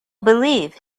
believe